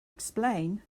explain